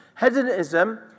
Hedonism